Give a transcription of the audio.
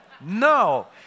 No